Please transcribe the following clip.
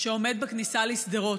שעומד בכניסה לשדרות.